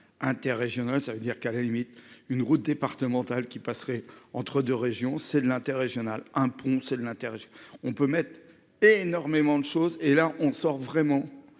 mais la. Ça veut dire qu'à la limite une route départementale qui passerait entre 2 régions c'est de l'intérêt régional un pont. C'est de l'intérieur on peut mettre énormément de choses et là on sort vraiment